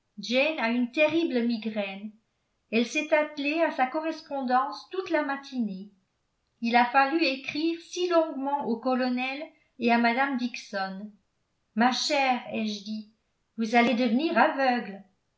une terrible migraine elle s'est attelée à sa correspondance toute la matinée il a fallu écrire si longuement au colonel et à mme dixon ma chère ai-je dit vous allez devenir aveugle